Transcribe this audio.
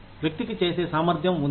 వ్యక్తికి చేసే సామర్థ్యం ఉంది